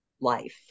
life